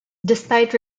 despite